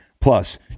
Plus